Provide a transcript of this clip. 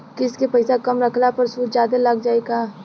किश्त के पैसा कम रखला पर सूद जादे लाग जायी का?